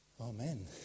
Amen